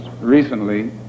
recently